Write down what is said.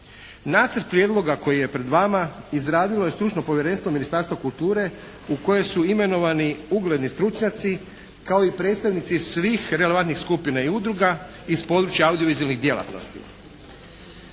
Nacrt prijedloga koji je pred nama izradilo je stručno povjerenstvo Ministarstva kulture u koje su imenovani ugledni stručnjaci kao i predstavnici svih relevantnih skupina i udruga iz područja audiovizualnih djelatnosti.